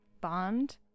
bond